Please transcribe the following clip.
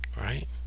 Right